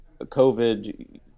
COVID